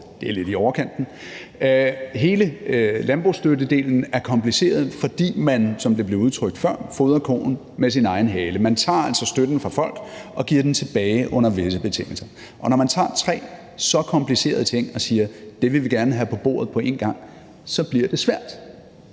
det er lidt i overkanten. Hele landbrugsstøttedelen er kompliceret, fordi man, som det blev udtrykt før, fodrer koen med sin egen hale. Man tager altså støtten fra folk og giver den tilbage under visse betingelser. Og når man tager tre så komplicerede ting og siger, at dem vil man gerne have på bordet på én gang, bliver det svært.